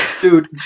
Dude